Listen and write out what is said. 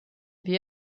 wir